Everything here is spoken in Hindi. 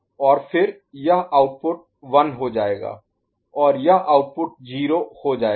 और फिर यह आउटपुट 1 हो जाएगा और यह आउटपुट 0 हो जाएगा